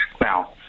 Now